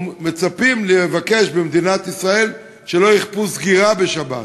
כמו שמצפים לבקש במדינת ישראל שלא יכפו סגירה בשבת.